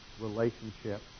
relationship